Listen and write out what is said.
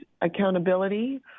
accountability